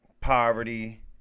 Poverty